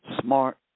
smart